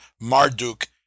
Marduk